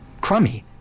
crummy